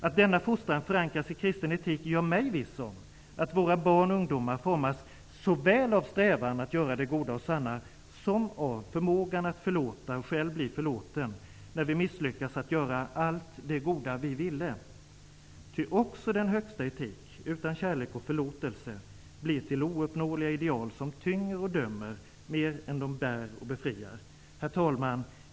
Att denna fostran förankras i kristen etik gör mig viss om att våra barn och ungdomar formas såväl av strävan att göra det goda och sanna som av förmågan att förlåta och själv bli förlåten, när vi misslyckas att göra allt det goda vi ville. Ty också den högsta etik, utan kärlek och förlåtelse, blir till ouppnåeliga ideal, som tynger och dömer, mer än de bär och befriar. Herr talman!